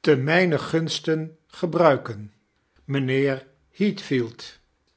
te mijmen gunste gebruiken mijnheer heathfield